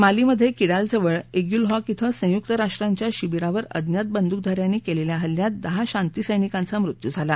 मालीमध्ये Kidal जवळ एम्यूलहॉक ब संयुक राष्ट्रांच्या शिबीरावर अज्ञात बंदूकधार्यांनी केलेल्या हल्ल्यात दहा शांतिसैनिकांचा मृत्यू झाला